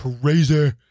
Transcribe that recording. crazy